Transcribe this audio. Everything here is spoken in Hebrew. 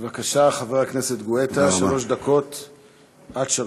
בבקשה, חבר הכנסת גואטה, עד שלוש דקות לרשותך.